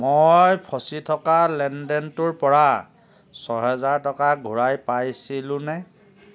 মই ফচি থকা লেনদেনটোৰ পৰা ছয় হাজাৰ টকা ঘূৰাই পাইছিলোঁনে